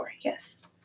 yes